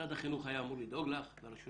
משרד החינוך היה אמור לדאוג לך והרשות